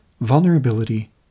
vulnerability